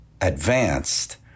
advanced